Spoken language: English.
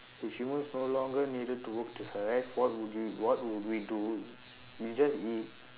if humans no longer needed to work to survive what would you what would we do it's you just eat